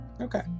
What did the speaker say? okay